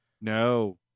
no